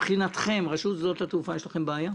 מבחינתכם, רשות שדות התעופה, יש לכם בעיה?